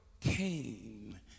came